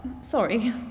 Sorry